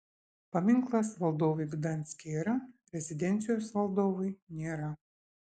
paminklas valdovui gdanske yra rezidencijos valdovui nėra